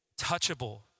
touchable